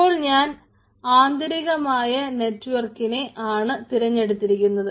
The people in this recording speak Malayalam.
ഇപ്പോൾ ഞാൻ ആന്തരികമായ നെറ്റ്വർക്കിനെ ആണ് തിരഞ്ഞെടുത്തിരിക്കുന്നത്